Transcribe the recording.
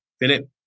Philip